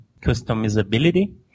customizability